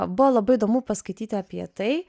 buvo labai įdomu paskaityti apie tai